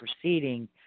proceeding